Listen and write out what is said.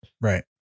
Right